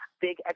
big